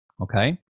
okay